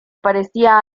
parecía